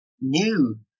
new